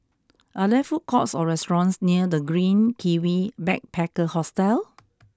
are there food courts or restaurants near The Green Kiwi Backpacker Hostel